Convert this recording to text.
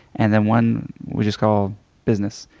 and then one we just call business.